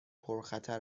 پرخطر